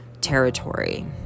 territory